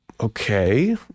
Okay